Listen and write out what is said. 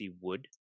wood